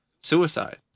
suicide